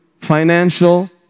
financial